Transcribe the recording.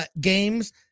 games